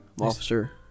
Officer